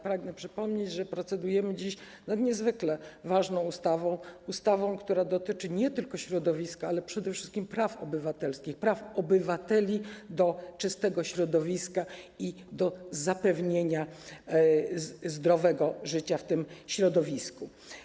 Pragnę przypomnieć, że procedujemy dziś nad niezwykle ważną ustawą, ustawą, która dotyczy nie tylko środowiska, ale przede wszystkim praw obywatelskich, praw obywateli do czystego środowiska i do zapewnienia zdrowego życia w tym środowisku.